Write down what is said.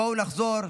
בואו נחזור,